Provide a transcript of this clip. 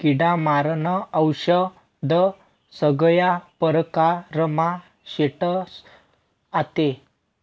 किडा मारानं औशद सगया परकारमा भेटस आते